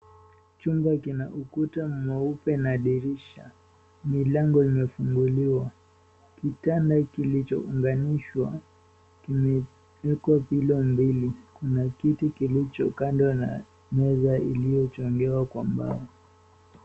Chumba kina ukuta mweupe na dirisha. Milango imefuguliwa. Kitanda kilichounganishwa kiliwekwa pillow mbili. Kuna kiti kilicho kando na meza iliyochogewa kwa mbao.